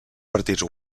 partits